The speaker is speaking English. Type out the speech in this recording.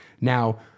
Now